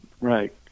Right